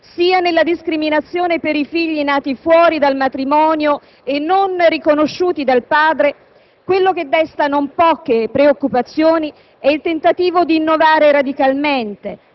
sia nella discriminazione per i figli nati fuori dal matrimonio e non riconosciuti dal padre, quello che desta non poche preoccupazioni è il tentativo di innovare radicalmente,